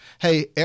Hey